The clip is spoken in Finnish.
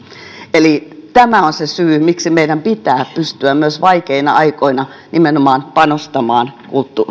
eli tämä on se syy miksi meidän pitää pystyä myös vaikeina aikoinaan panostamaan nimenomaan kulttuuriin